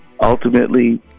ultimately